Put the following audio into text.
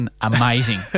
amazing